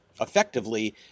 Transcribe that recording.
effectively